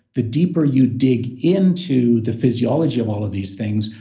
the deeper you dig into the physiology of all of these things,